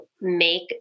make